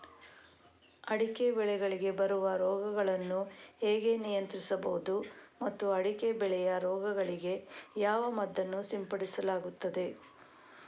ಅಡಿಕೆ ಬೆಳೆಗಳಿಗೆ ಬರುವ ರೋಗಗಳನ್ನು ಹೇಗೆ ನಿಯಂತ್ರಿಸಬಹುದು ಮತ್ತು ಅಡಿಕೆ ಬೆಳೆಯ ರೋಗಗಳಿಗೆ ಯಾವ ಮದ್ದನ್ನು ಸಿಂಪಡಿಸಲಾಗುತ್ತದೆ?